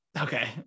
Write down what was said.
Okay